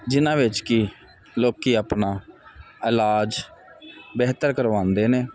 ਜਿਨ੍ਹਾਂ ਵਿੱਚ ਕਿ ਲੋਕ ਆਪਣਾ ਇਲਾਜ ਬਿਹਤਰ ਕਰਵਾਉਂਦੇ ਨੇ